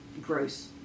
gross